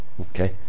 Okay